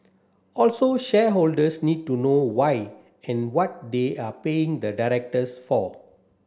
also shareholders need to know why and what they are paying the directors for